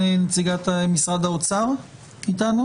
כיוון שמדובר על מסר כללי שאין יכולת למשרד התחבורה לתחום את הנמענים,